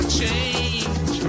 change